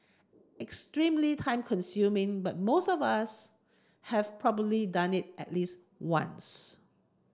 extremely time consuming but most of us have probably done it at least once